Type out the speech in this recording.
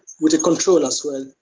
with the control as well.